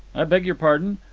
i beg your pardon?